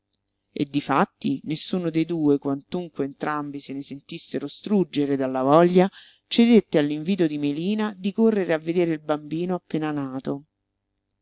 e difatti nessuno de due quantunque entrambi se ne sentissero struggere dalla voglia cedette all'invito di melina di correre a vedere il bambino appena nato